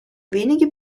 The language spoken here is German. wenige